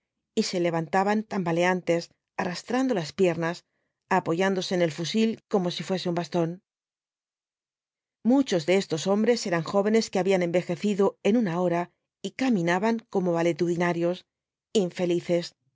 y se levantaban tambaleantes arrastrando las piernas apoyándose en el fusil como si fuese un bastón muchos de estos hombres eran jóvenes que habían envejecido en una hora y caminaban como valetudinarios infelices